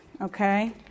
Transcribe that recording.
okay